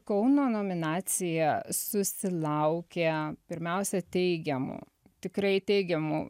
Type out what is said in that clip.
kauno nominacija susilaukė pirmiausia teigiamų tikrai teigiamų